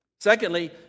Secondly